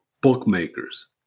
bookmakers